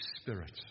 spirit